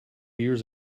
years